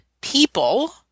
people